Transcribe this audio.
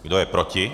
Kdo je proti?